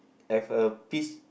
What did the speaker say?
have a peach